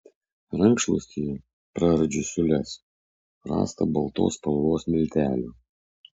rankšluostyje praardžius siūles rasta baltos spalvos miltelių